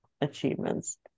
Achievements